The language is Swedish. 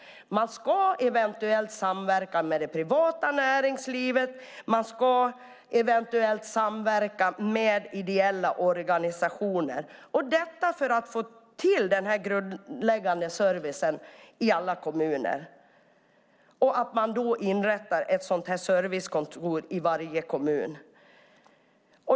De ska också eventuellt samverka med det privata näringslivet och eventuellt med ideella organisationer - detta för att få till den grundläggande servicen i alla kommuner. Därför inrättar man ett servicekontor i varje kommun.